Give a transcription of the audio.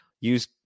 Use